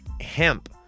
hemp